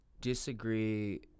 disagree